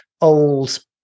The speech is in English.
old